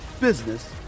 business